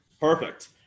Perfect